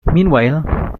meanwhile